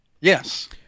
Yes